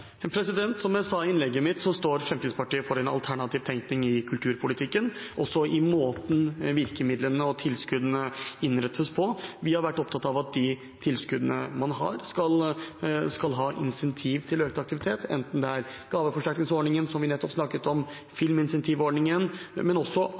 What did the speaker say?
Som jeg sa i innlegget mitt, står Fremskrittspartiet for en alternativ tenkning i kulturpolitikken, også i måten virkemidlene og tilskuddene innrettes på. Vi har vært opptatt av at de tilskuddene man har, skal ha insentiv til økt aktivitet, enten det er gaveforsterkningsordningen, som vi nettopp snakket om,